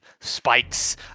spikes